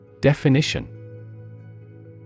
Definition